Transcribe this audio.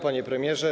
Panie Premierze!